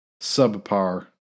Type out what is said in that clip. subpar